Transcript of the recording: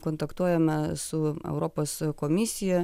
kontaktuojame su europos komisija